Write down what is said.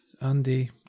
Andy